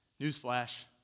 Newsflash